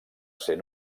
ser